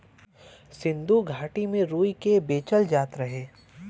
सिन्धु घाटी में रुई के बेचल जात रहे